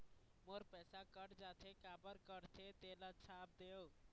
मोर पैसा कट जाथे काबर कटथे तेला छाप देव?